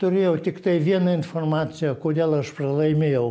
turėjau tiktai vieną informaciją kodėl aš pralaimėjau